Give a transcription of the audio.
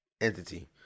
entity